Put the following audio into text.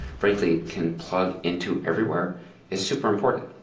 frankly, can plug into everywhere is super important.